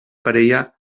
parella